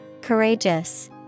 Courageous